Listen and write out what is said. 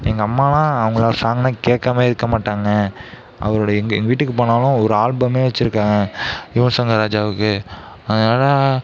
எங்கள் அம்மாலாம் அவங்களோட சாங்குலாம் கேக்காமயே இருக்க மாட்டாங்க அவரோட எங்கள் வீட்டுக்கு போனாலும் ஒரு ஆல்பமே வெச்சிருக்கேன் யுவன் சங்கர் ராஜாவுக்கு அதனால